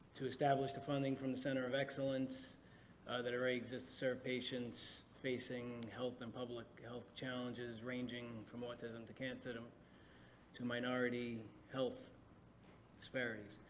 to establish the funding from the center of excellence that already exists so patients facing health and public health challenges ranging from autism to cancer, um to minority health disparities.